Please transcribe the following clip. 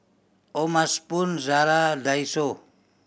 O'ma Spoon Zara Daiso